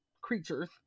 creatures